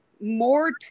more